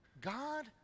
God